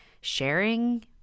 sharing